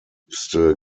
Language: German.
wüste